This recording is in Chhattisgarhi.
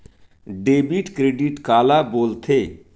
डेबिट क्रेडिट काला बोल थे?